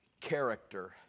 character